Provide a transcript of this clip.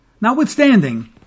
Notwithstanding